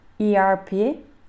ERP